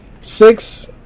six